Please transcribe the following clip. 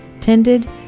tended